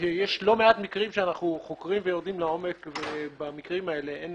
ויש לא מעט מקרים שאנחנו חוקרים ויורדים לעומק ובמקרים האלה אין